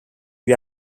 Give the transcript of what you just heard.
lui